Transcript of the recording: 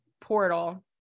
portal